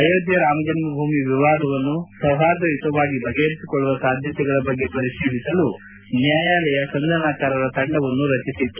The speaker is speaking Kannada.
ಅಯೋಧ್ಯೆ ರಾಮಜನ್ನ ಭೂಮಿ ವಿವಾದವನ್ನು ಸೌಹಾರ್ದಯುತವಾಗಿ ಬಗೆಹರಿಸಿಕೊಳ್ಳುವ ಸಾಧ್ವತೆಗಳ ಬಗ್ಗೆ ಪರಿತೀಲಿಸಲು ನ್ವಾಯಾಲಯ ಸಂಧಾನಕಾರರ ತಂಡವನ್ನು ರಚಿಸಿತ್ತು